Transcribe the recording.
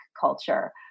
culture